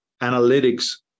analytics